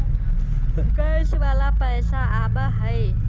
Gas वाला पैसा आव है?